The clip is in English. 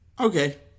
Okay